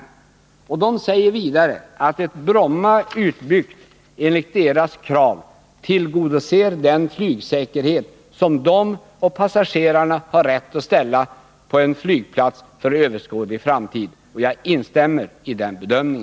Pilotföreningen säger vidare att ett Bromma, utbyggt enligt piloternas krav, tillgodoser den flygsäkerhet som piloterna och passagerarna har rätt att ställa på en flygplats för överskådlig framtid. Jag instämmer i denna bedömning.